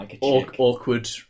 awkward